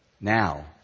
Now